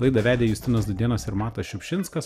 laidą vedė justinas dūdėnas ir matas šiupšinskas